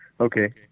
okay